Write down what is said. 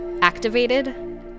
activated